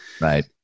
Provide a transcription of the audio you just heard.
Right